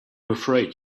afraid